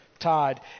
tide